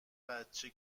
بچه